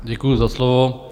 Děkuji za slovo.